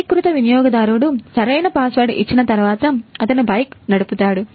అధీకృత వినియోగదారుడు సరైన పాస్వర్డ్ ఇచ్చిన తర్వాత అతను బైక్ నడుపుతాడు